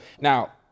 now